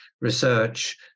research